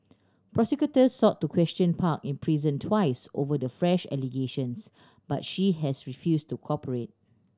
prosecutors sought to question park in prison twice over the fresh allegations but she has refused to cooperate